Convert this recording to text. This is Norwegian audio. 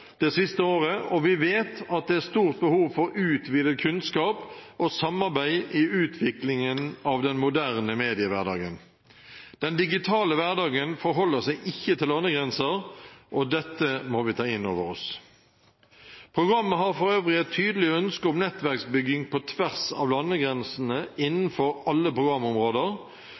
det siste året, og vi vet at det er stort behov for utvidet kunnskap og samarbeid i utviklingen av den moderne mediehverdagen. Den digitale hverdagen forholder seg ikke til landegrenser, og dette må vi ta inn over oss. Programmet har for øvrig et tydelig ønske om nettverksbygging på tvers av landegrensene innenfor alle programområder